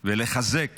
ולחזק